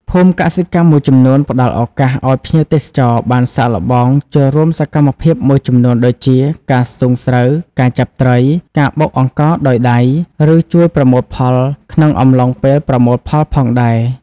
ភូមិកសិកម្មមួយចំនួនផ្ដល់ឱកាសឱ្យភ្ញៀវទេសចរបានសាកល្បងចូលរួមសកម្មភាពមួយចំនួនដូចជា ការស្ទូងស្រូវ ការចាប់ត្រី ការបុកអង្ករដោយដៃ ឬជួយប្រមូលផលក្នុងអំឡុងពេលប្រមូលផលផងដែរ។